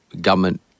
government